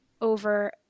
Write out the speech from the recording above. over